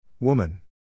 Woman